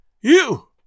You